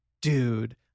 dude